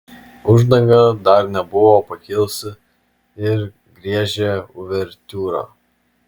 uždanga dar nebuvo pakilusi ir griežė uvertiūrą